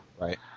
Right